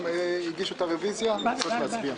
צריך להצביע.